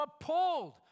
appalled